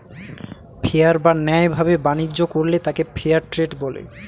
fair বা ন্যায় ভাবে বাণিজ্য করলে তাকে ফেয়ার ট্রেড বলে